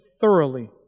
thoroughly